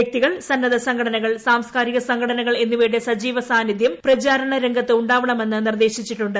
വ്യക്തികൾ സന്നദ്ധ സംഘടനകൾ സാംസ്കാരിക സംഘടനകൾ എന്നിവയുടെ സജീവ സാന്നിധ്യം പ്രചാരണ രംഗത്ത് ഉണ്ടാവണമെന്ന് നിർദ്ദേശിച്ചിട്ടുണ്ട്